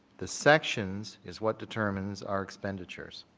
the sections is what determines our expenditures.